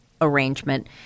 arrangement